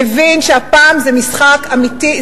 מבין שהפעם זה משחק אמיתי.